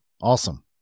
Awesome